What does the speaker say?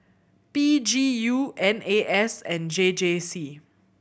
P G U N A S and J J C